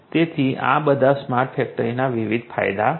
તેથી આ બધા સ્માર્ટ ફેક્ટરીના વિવિધ ફાયદા છે